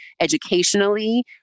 educationally